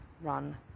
run